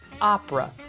opera